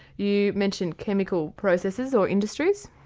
you mentioned chemical processes or industries.